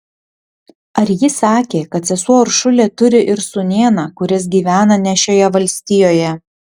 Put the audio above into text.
ar ji sakė kad sesuo uršulė turi ir sūnėną kuris gyvena ne šioje valstijoje